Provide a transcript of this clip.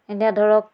এতিয়া ধৰক